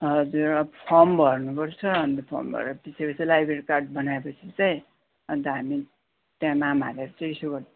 हजुर अब फर्म भर्नुपर्छ अन्त फर्म भरेर पछाडि चाहिँ लाइब्रेरी कार्ड बनाएपछि चाहिँ अन्त हामी त्यहाँ नाम हालेर चाहिँ इस्यू गर